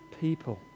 people